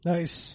Nice